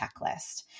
checklist